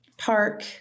Park